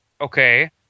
okay